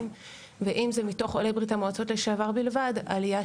ואם זה מתוך עולי ברית המועצות לשעבר בלבד עלייה